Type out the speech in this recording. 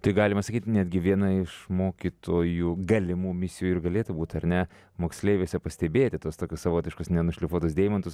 tai galima sakyt netgi viena iš mokytojų galimų misijų ir galėtų būt ar ne moksleiviuose pastebėti tuos tokius savotiškus nenušlifuotus deimantus